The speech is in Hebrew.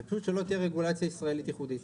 זה פשוט שלא תהיה רגולציה ישראלית ייחודית,